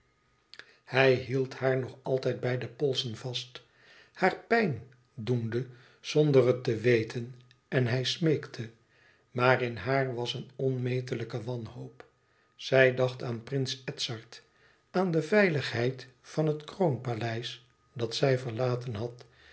hij hield haar nog altijd bij de polsen vast haar pijn doende zonder het te weten en hij smeekte maar in haar was een onmetelijke wanhoop zij dacht aan prins edzard aan de veiligheid van het kroonpaleis dat zij verlaten had